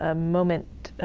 ah moment